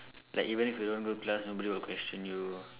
like even if you don't go class nobody will question you